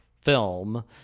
film